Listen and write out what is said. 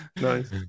Nice